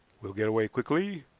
we'll get away quickly,